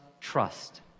trust